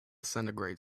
centigrade